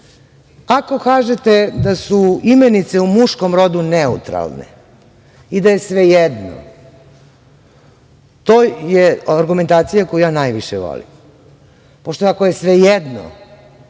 kažete da su imenice u muškom rodu neutralne i da je sve jedno, to je argumentacija koju ja najviše volim. Pošto ako je sve jedno,